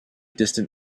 distant